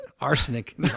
Arsenic